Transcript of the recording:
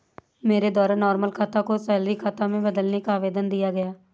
मेरे द्वारा नॉर्मल खाता को सैलरी खाता में बदलने का आवेदन दिया गया